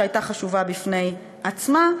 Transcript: שהייתה חשובה בפני עצמה,